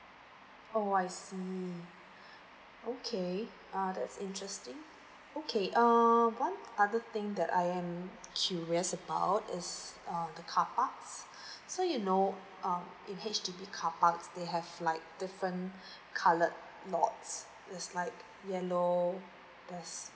oh I see okay uh that's interesting okay err one other thing that I am curious about is err the car parks so you know um in H_D_B carparks they have like different coloured lots there's like yellow there's